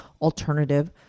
alternative